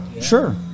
sure